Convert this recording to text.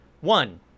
One